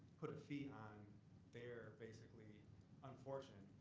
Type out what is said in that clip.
put a fee on their basically unfortune?